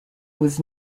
was